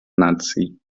наций